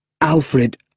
Alfred